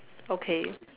okay